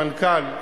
המנכ"ל,